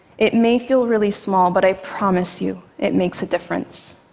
it may feel really small, but i promise you it makes a difference.